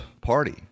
party